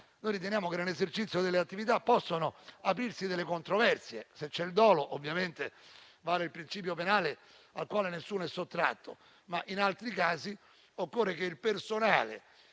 Noi riteniamo che nell'esercizio delle attività possano aprirsi delle controversie. Se c'è il dolo, ovviamente vale il principio penale, al quale nessuno è sottratto; ma in altri casi occorre che il personale